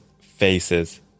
faces